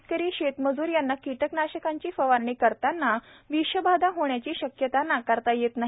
शेतकरी शेतमज्र यांना किटकनाशकांची फवारणी करतांना विषबाधा होण्याची शक्यता नाकारता येत नाही